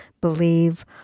believe